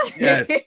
Yes